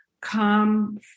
come